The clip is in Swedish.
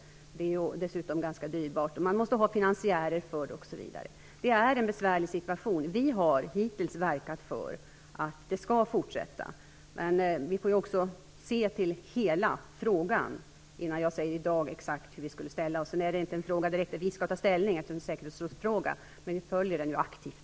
Det är dessutom ganska dyrbart, och man måste ha finansiärer för det, osv. Det är en besvärlig situation. Vi har hittills verkat för att det skall fortsätta, men vi får också se till hela frågan innan jag i dag säger exakt hur vi skulle ställa oss. Det är inte heller en fråga där vi direkt skall ta ställning, eftersom det är en säkerhetsrådsfråga, men vi följer den ju aktivt.